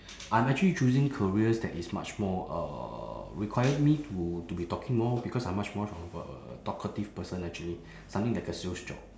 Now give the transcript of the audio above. I'm actually choosing careers that is much more uh require me to to be talking more because I'm much more of a talkative person actually something like a sales job